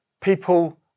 People